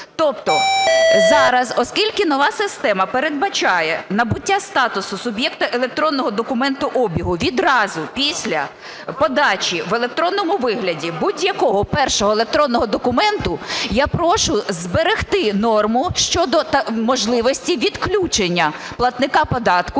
Тобто зараз, оскільки нова система передбачає набуття статусу суб'єкта електронного документообігу відразу після подачі в електронному вигляді будь-якого першого електронного документу, я прошу зберегти норму щодо можливості відключення платника податку